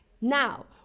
Now